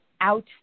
out